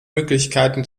möglichkeiten